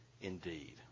indeed